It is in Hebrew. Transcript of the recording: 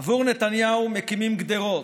עבור נתניהו מקימים גדרות,